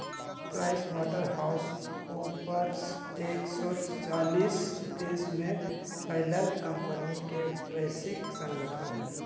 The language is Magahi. प्राइस वाटर हाउस कूपर्स एक सो चालीस देश में फैलल कंपनि के वैश्विक संगठन हइ